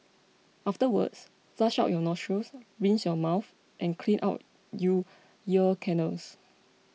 afterwards flush out your nostrils rinse your mouth and clean out you ear canals